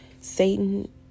Satan